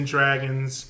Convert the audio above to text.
Dragons